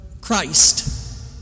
Christ